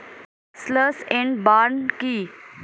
Slash and burn কি?